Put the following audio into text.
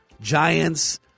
Giants